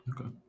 okay